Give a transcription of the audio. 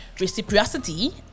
reciprocity